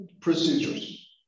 procedures